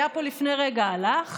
הוא היה פה לפני רגע, הלך